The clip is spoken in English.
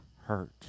hurt